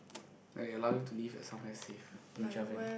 I allow to leave at somewhere safe Ninja Van